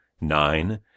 nine